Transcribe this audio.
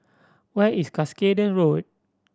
where is Cuscaden Road